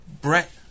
Brett